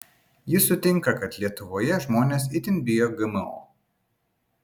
ji sutinka kad lietuvoje žmonės itin bijo gmo